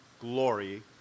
glory